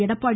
Edappadi